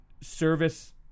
service